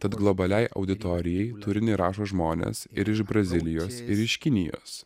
tad globaliai auditorijai turinį rašo žmonės ir iš brazilijos ir iš kinijos